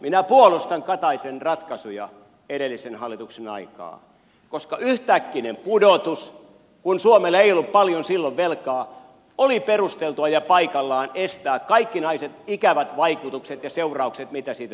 minä puolustan kataisen ratkaisuja edellisen hallituksen aikaan koska yhtäkkisessä pudotuksessa kun suomella ei ollut paljon silloin velkaa oli perusteltua ja paikallaan estää kaikkinaiset ikävät vaikutukset ja seuraukset mitä siitä syntyi